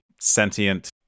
sentient